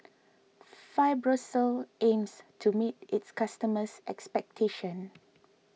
Fibrosol aims to meet its customers' expectation